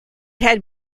had